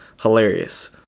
hilarious